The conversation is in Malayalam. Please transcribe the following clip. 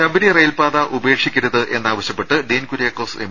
ശബരി റെയിൽപാത ഉപേക്ഷിക്കരുതെന്നാവശ്യപ്പെട്ട് ഡീൻ കുര്യാക്കോസ് എം